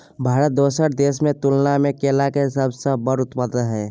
भारत दोसर देश के तुलना में केला के सबसे बड़ उत्पादक हय